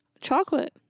Chocolate